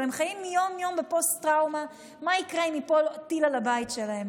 אבל הם חיים יום-יום בפוסט-טראומה: מה יקרה אם ייפול טיל על הבית שלהם,